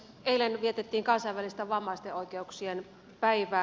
eilen vietettiin kansainvälistä vammaisten oikeuksien päivää